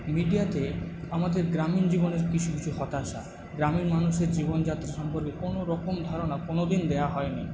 মিডিয়াতে আমাদের গ্রামীণ জীবনের কিছু কিছু হতাশা গ্রামীণ মানুষের জীবনযাত্রা সম্পর্কে কোনোরকম ধারণা কোনোদিন দেওয়া হয়নি